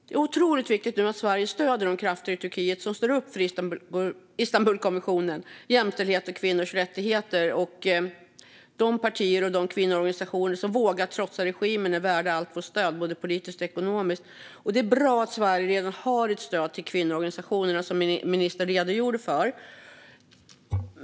Det är otroligt viktigt att Sverige stöder de krafter i Turkiet som står upp för Istanbulkonventionen, jämställdhet och kvinnors rättigheter. De partier och de kvinnoorganisationer som vågar trotsa regimen är värda allt vårt stöd, både politiskt och ekonomiskt. Det är bra att Sverige redan har ett stöd till kvinnoorganisationer i Turkiet, vilket ministern redogjorde för.